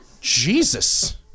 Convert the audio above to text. Jesus